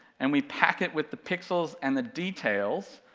and we pack it with the pixels and the details,